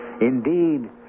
Indeed